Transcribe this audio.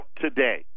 today